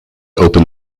open